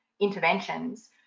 interventions